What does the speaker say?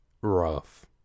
rough